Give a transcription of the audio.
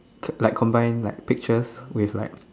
turn like combine like pictures with like